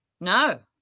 no